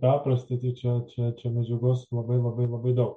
perprasti tai čia čia čia medžiagos labai labai labai daug